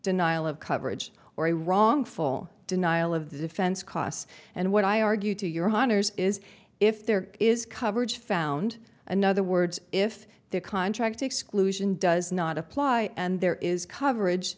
denial of coverage or a wrongful denial of the defense costs and what i argue to your honor's is if there is coverage found another words if their contract exclusion does not apply and there is coverage